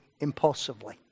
impulsively